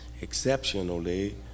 exceptionally